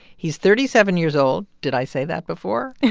he's thirty seven years old. did i say that before?